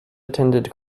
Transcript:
attended